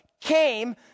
came